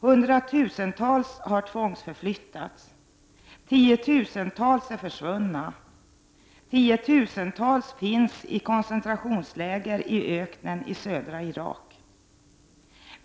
Hundratusentals har tvångsförflyttats, tiotusentals är försvunna, tiotusentals finns i koncentrationsläger i öknen i södra Irak.